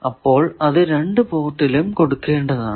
അപ്പോൾ അത് രണ്ടു പോർട്ടിലും കൊടുക്കേണ്ടതാണ്